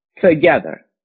Together